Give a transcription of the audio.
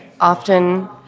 often